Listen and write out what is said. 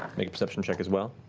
make a perception check as well.